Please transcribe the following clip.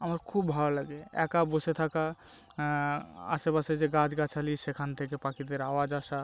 আমার খুব ভালো লাগে একা বসে থাকা আশেপাশে যে গাছগাছালি সেখান থেকে পাখিদের আওয়াজ আসা